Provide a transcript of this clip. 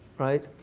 right?